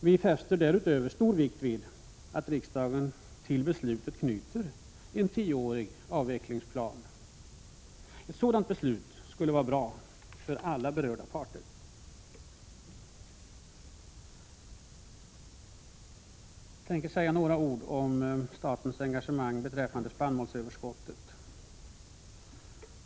Vi fäster därutöver stor vikt vid att riksdagen till beslutet knyter en tioårig avvecklingsplan. Ett sådant beslut skulle vara bra för alla berörda parter. Jag tänker säga några ord om statens engagemang beträffande spannmålsöverskottet.